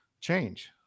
change